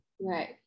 Right